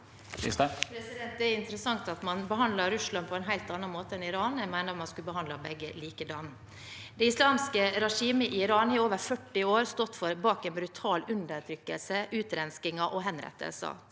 Det er interessant at man behandler Russland på en helt annen måte enn Iran. Jeg mener at man skulle behandlet begge likedan. Det islamske regimet i Iran har i over 40 år stått bak en brutal undertrykkelse, utrenskinger og henrettelser.